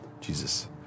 Jesus